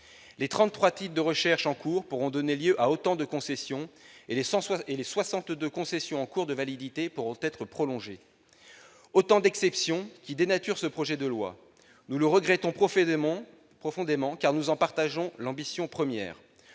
titres de recherche en cours pourront donner lieu à autant de concessions et les soixante-deux concessions en cours de validité pourront être prolongées. Autant d'exceptions qui dénaturent ce projet de loi. Nous le regrettons profondément, car nous en partageons l'ambition première.